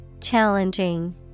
Challenging